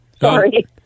Sorry